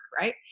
right